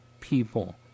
people